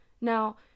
Now